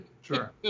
Sure